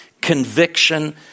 conviction